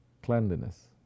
Cleanliness